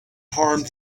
harm